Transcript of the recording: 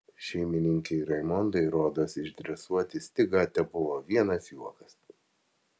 šeimininkei raimondai rodos išdresuoti stigą tebuvo vienas juokas